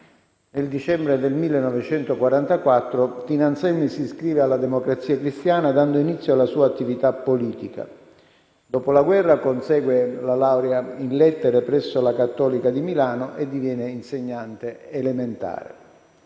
Nel dicembre del 1944, Tina Anselmi si iscrive alla Democrazia Cristiana, dando inizio alla sua attività politica. Dopo la guerra consegue la laurea in lettere presso la Cattolica di Milano e diviene insegnante elementare.